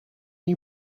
you